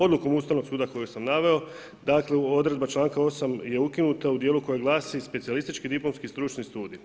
Odlukom Ustavnog suda koji sam naveo odredba članka 8. je ukinuta u dijelu koji glasi specijalistički diplomski stručni studij.